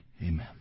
Amen